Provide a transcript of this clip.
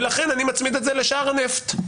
ולכן אני מצמיד את זה לשער הנפט.